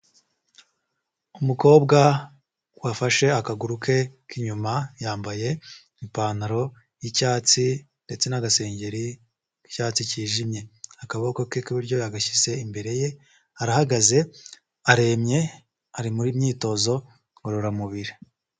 Umukobwa wafashe akaguru ke k'inyuma, yambaye ipantaro y'icyatsi ndetse n'agasengeri k'icyatsi kijimye, akaboko ke k'iburyo yagashyize imbere ye, arahagaze aremye, ari mu myitozo ngororamubiri.